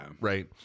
right